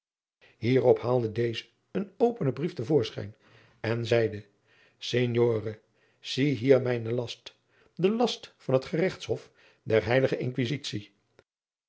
hierop haalde deze een openen brief te voorschijn en zeide signore zie hier mijnen last den last van het geregtshof der